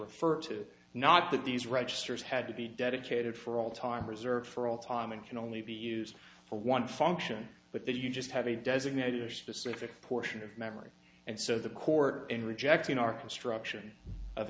refer to not that these registers had to be dedicated for all time reserved for all time and can only be used for one function but that you just have a designated or specific portion of memory and so the court in rejecting our construction of